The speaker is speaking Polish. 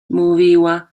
mówiła